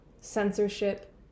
censorship